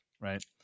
right